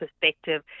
perspective